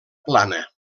plana